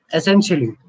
Essentially